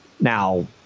Now